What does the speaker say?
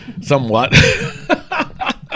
Somewhat